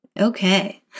Okay